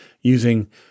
using